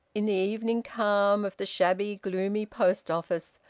in the evening calm of the shabby, gloomy post-office,